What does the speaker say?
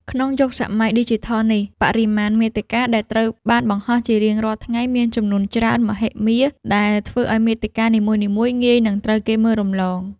ក្នុងយុគសម័យឌីជីថលនេះ បរិមាណមាតិកាដែលត្រូវបានបង្ហោះជារៀងរាល់ថ្ងៃមានចំនួនច្រើនមហិមា ដែលធ្វើឱ្យមាតិកានីមួយៗងាយនឹងត្រូវគេមើលរំលង។